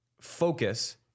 focus